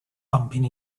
bumping